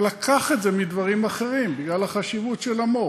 אבל לקח את זה מדברים אחרים בגלל החשיבות של המו"פ.